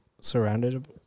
surrounded